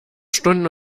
stunden